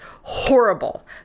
horrible